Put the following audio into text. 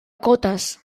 cotes